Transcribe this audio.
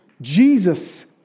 Jesus